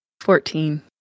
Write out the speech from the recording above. Fourteen